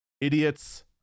Idiots